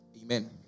Amen